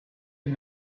you